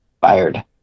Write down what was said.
fired